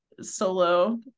solo